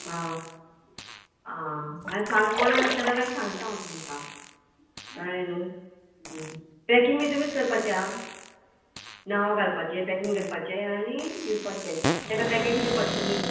आं आं मागीर सांग कोणा विचारल्यार मागीर सांगता हांव तुमकां कळ्ळें न्हू पॅकींग बी तुमीच करपाचें आं नांव घालपाचें पॅकींग करपाचें आनी दिवपाचें तेका पॅकेटूय दिवपाचें तुमीत